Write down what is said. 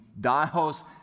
dials